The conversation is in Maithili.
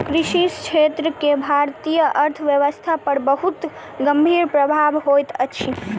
कृषि क्षेत्र के भारतीय अर्थव्यवस्था पर बहुत गंभीर प्रभाव होइत अछि